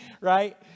right